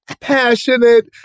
passionate